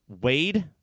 Wade